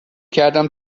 کردم